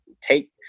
Take